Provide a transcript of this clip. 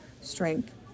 strength